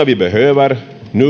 behöver